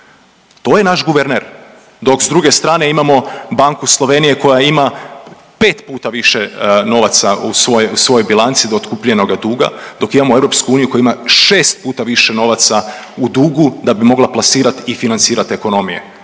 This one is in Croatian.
To je naš guverner, dok s dru8ge strane imamo banku Slovenije koja ima pet puta više novaca u svojoj bilanci otkupljenoga duga, dok, imamo Europsku uniju koja ima 6 puta više novaca u dugu da bi mogla plasirati i financirati ekonomije.